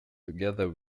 together